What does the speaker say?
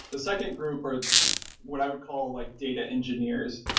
the second group, or what i would call like data engineers.